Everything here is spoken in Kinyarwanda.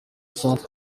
centre